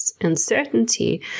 uncertainty